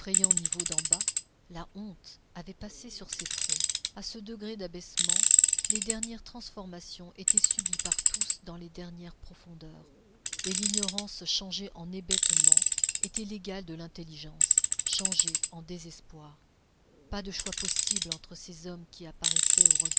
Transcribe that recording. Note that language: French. niveau d'en bas la honte avait passé sur ces fronts à ce degré d'abaissement les dernières transformations étaient subies par tous dans les dernières profondeurs et l'ignorance changée en hébétement était l'égale de l'intelligence changée en désespoir pas de choix possible entre ces hommes qui apparaissaient